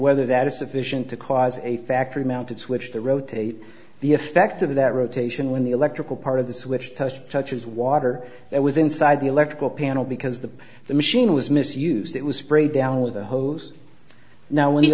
whether that is sufficient to cause a factory mounted switch to rotate the effect of that rotation when the electrical part of the switch test touches water that was inside the electrical panel because the the machine was misused it was sprayed down with a hose now when you